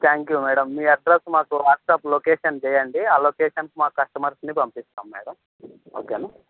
thank you madam మీ address మాకు WhatsApp location చేయండి ఆ లొకేషన్కి మా కస్టమర్స్ని పంపిస్తాం మేడం ఓకేనా